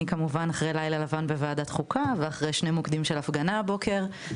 אני כמובן אחרי לילה לבן בוועדת חוקה ואחרי שני מוקדים של הפגנה הבוקר,